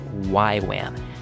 YWAM